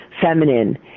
feminine